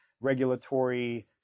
regulatory